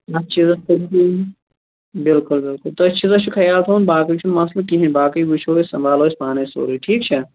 نَتہٕ چھِ یِتھٕ کٔنۍ یِم بِلکُل بِلکُل تٔتھۍ چیٖزس چھُ خیال تھاوُن باقٕے چھُنہٕ مسلہٕ کِہیٖنٛۍ باقٕے وُچھو أسۍ سمبالو أسۍ پانٕے سورُے ٹھیٖک چھا